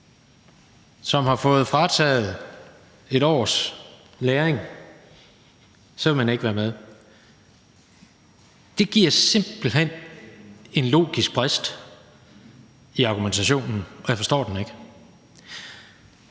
som har fået frataget 1 års læring, så vil man ikke være med. Det fører simpelt hen til en logisk brist i argumentationen, og jeg forstår den ikke.